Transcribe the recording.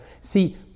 See